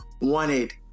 wanted